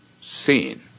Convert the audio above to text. seen